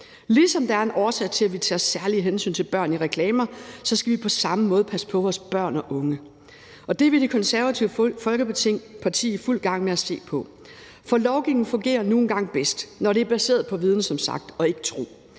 Ligesom der er en årsag til, at vi tager særlige hensyn til børn i reklamer, skal vi på samme måde passe på vores børn og unge. Det er vi i Det Konservative Folkeparti i fuld gang med at se på. Lovgivning fungerer nu engang bedst, når det som sagt er baseret på viden og ikke tro.